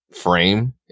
frame